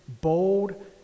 bold